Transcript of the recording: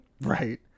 Right